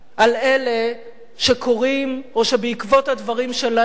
על אלה שקוראים או שבעקבות הדברים שלהם